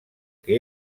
que